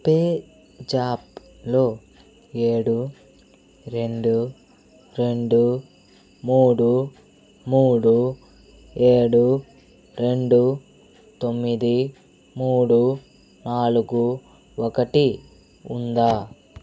పేజాప్లో ఏడు రెండు రెండు మూడు మూడు ఏడు రెండు తొమ్మిది మూడు నాలుగు ఒకటి ఉందా